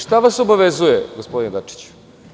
Šta vas obavezuje, gospodine Dačiću?